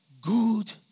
good